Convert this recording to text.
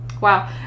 wow